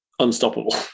unstoppable